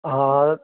आं